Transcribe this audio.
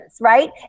right